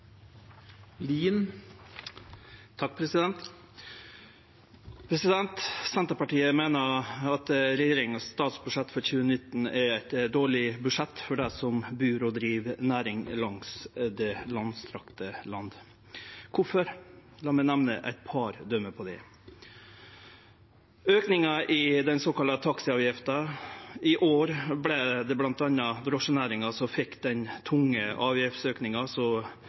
eit dårleg budsjett for dei som bur og driv næring i det langstrakte landet vårt. Kvifor? La meg nemne eit par døme på det. Først: Aukinga i den såkalla taxiavgifta. I år vart det bl.a. drosjenæringa som fekk den tunge avgiftsauken som